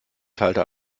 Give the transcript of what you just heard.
teilte